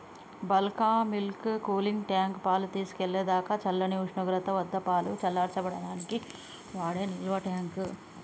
bulk milk cooling tank, పాలు తీసుకెళ్ళేదాకా చల్లని ఉష్ణోగ్రత వద్దపాలు చల్లబర్చడానికి వాడే నిల్వట్యాంక్